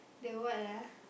the what ah